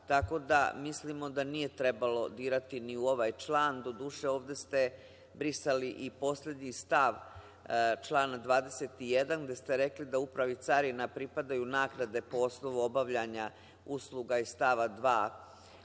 tako da mislimo da nije trebalo dirati ni u ovaj član. Doduše, ovde ste brisali i poslednji stav člana 21. gde ste rekli da Upravi Carina pripadaju naknade po osnovu obavljanja usluga iz stava 2.